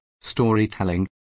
storytelling